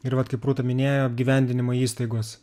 ir vat kaip rūta minėjo apgyvendinimo įstaigos